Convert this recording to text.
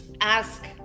ask